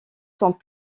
sont